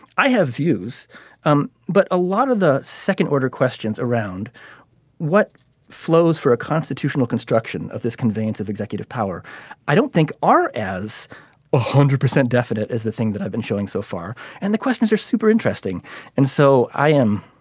i have views um but a lot of the second order questions around what flows for a constitutional construction of this conveyance of executive power i don't think are as one ah hundred percent definite as the thing that i've been showing so far and the questions are super interesting and so i am.